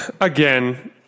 again